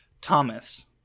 Thomas